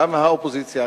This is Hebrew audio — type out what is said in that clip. גם האופוזיציה,